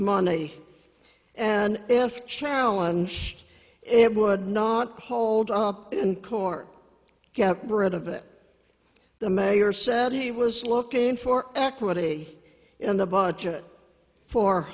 money and if challenge it would not hold up in court get rid of it the mayor said he was looking for equity in the budget for